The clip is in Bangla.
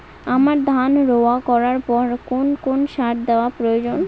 আমন ধান রোয়া করার পর কোন কোন সার দেওয়া প্রয়োজন?